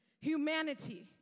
Humanity